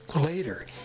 Later